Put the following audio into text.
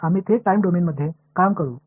எனவே டைம் டொமைனில் நேரடியாக வேலை செய்வோம்